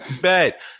bet